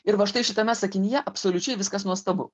ir va štai šitame sakinyje absoliučiai viskas nuostabu